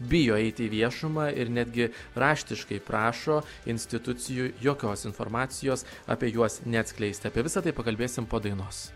bijo eiti į viešumą ir netgi raštiškai prašo institucijų jokios informacijos apie juos neatskleisti apie visa tai pakalbėsim po dainos